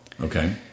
Okay